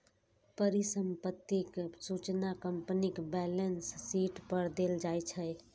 परिसंपत्तिक सूचना कंपनीक बैलेंस शीट पर देल जाइ छै